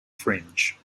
fringe